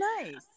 nice